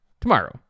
tomorrow